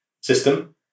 system